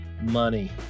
Money